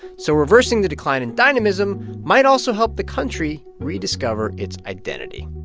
so reversing the decline in dynamism might also help the country rediscover its identity